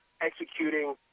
executing